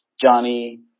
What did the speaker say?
Johnny